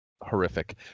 horrific